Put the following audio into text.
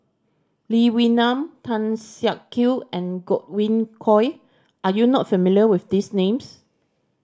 Lee Wee Nam Tan Siak Kew and Godwin Koay are you not familiar with these names